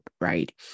Right